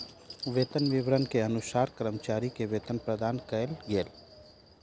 वेतन विवरण के अनुसार कर्मचारी के वेतन प्रदान कयल गेल